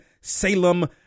Salem